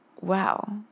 wow